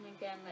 again